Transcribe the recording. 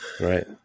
right